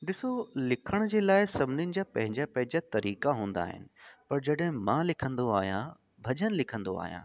ॾिसो लिखण जे लाइ सभिनिनि जा पंहिंजा पंहिंजा तरीक़ा हूंदा आहिनि पर जॾहिं मां लिखंदो आहियां भॼन लिखंदो आहियां